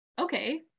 okay